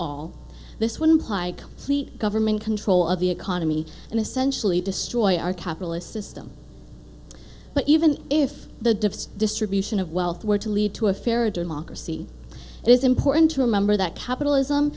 all this would imply government control of the economy and essentially destroy our capitalist system but even if the distribution of wealth were to lead to a fairer democracy it is important to remember that capitalism